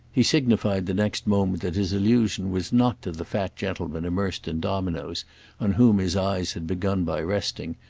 he signified the next moment that his allusion was not to the fat gentleman immersed in dominoes on whom his eyes had begun by resting,